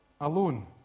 alone